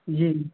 जी